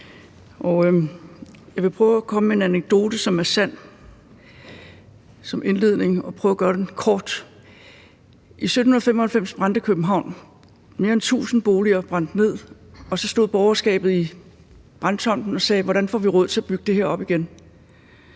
at komme med en anekdote, som er sand, og prøve at gøre det kort. I 1795 brændte København. Mere end tusind boliger brændte ned, og så stod borgerskabet i brandtomten og spurgte: Hvordan får vi råd til at bygge det her op igen?